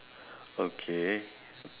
okay